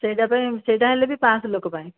ସେଟା ପାଇଁ ସେଟା ହେଲେ ବି ପାଞ୍ଚଶହ ଲୋକ ପାଇଁ